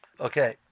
Okay